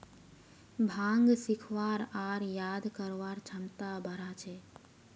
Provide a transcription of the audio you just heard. भांग सीखवार आर याद करवार क्षमता बढ़ा छे